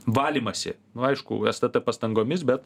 valymąsi nuo aišku stt pastangomis bet